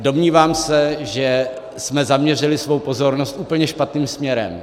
Domnívám se, že jsme zaměřili svou pozornost úplně špatným směrem.